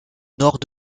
nord